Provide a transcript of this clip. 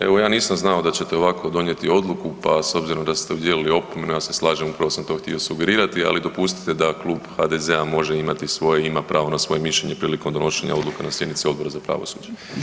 Evo ja nisam znao da ćete ovakvu donijeti odluku, pa s obzirom da ste udijelili opomenu ja se slažem, upravo sam to htio sugerirati, ali dopustite da Klub HDZ-a može imati svoje, ima pravo na svoje mišljenje prilikom donošenja odluke na sjednici Odbora za pravosuđe.